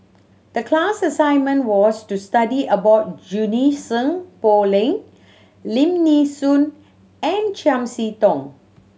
the class assignment was to study about Junie Sng Poh Leng Lim Nee Soon and Chiam See Tong